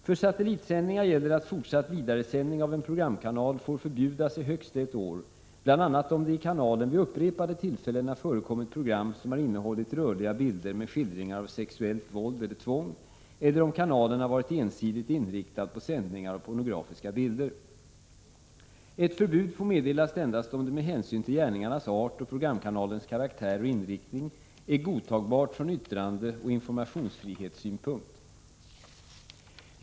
För satellitsändningar gäller att fortsatt vidaresändning av en programkanal får förbjudas i högst ett år, bl.a. om det i kanalen vid upprepade tillfällen har förekommit program som har innehållit rörliga bilder med skildringar av sexuellt våld eller tvång eller om kanalen har varit ensidigt inriktad på 103 sändningar av pornografiska bilder. Ett förbud får meddelas endast om det med hänsyn till gärningarnas art och programkanalens karaktär och inriktning är godtagbart från yttrandeoch informationsfrihetssynpunkt.